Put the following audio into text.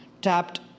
tapped